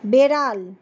বেড়াল